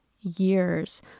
years